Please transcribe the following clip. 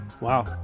wow